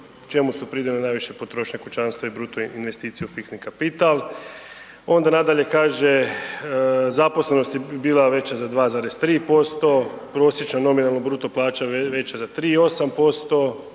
čemu su pridonijeli najviše potrošnja kućanstva i bruto investicija u fiksni kapital, onda nadalje kaže zaposlenost je bila veća za 2,3%, prosječna nominalna bruto plaća veća za 3,8%,